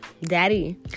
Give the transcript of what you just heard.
daddy